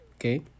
okay